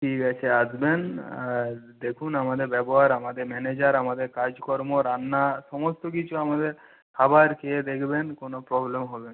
ঠিক আছে আসবেন আর দেখুন আমাদের ব্যবহার আমাদের ম্যানেজার আমাদের কাজকর্ম রান্না সমস্ত কিছু আমাদের খাবার খেয়ে দেখবেন কোনো প্রবলেম হবে না